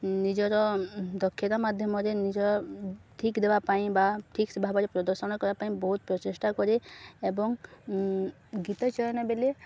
ନିଜର ଦକ୍ଷତା ମାଧ୍ୟମରେ ନିଜ ଠିକ୍ ଦେବା ପାଇଁ ବା ଠିକ୍ ସେ ଭାବରେ ପ୍ରଦର୍ଶନ କରିବା ପାଇଁ ବହୁତ ପ୍ରଚେଷ୍ଟା କରେ ଏବଂ ଗୀତ ଚୟନ ବେଲେ